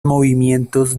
movimientos